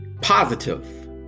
positive